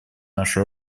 нашу